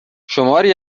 شماری